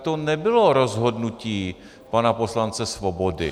To nebylo rozhodnutí pana poslance Svobody.